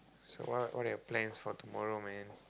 so what what you have plans for tomorrow man